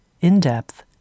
in-depth